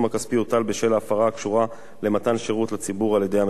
הכספי הוטל בשל הפרה הקשורה למתן שירות לציבור על-ידי המפר.